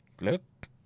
Look